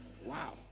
Wow